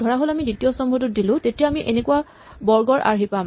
ধৰাহ'ল আমি দ্বিতীয় স্তম্ভটোত দিলো তেতিয়া আমি এনেকুৱা বৰ্গৰ আৰ্হি পাম